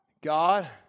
God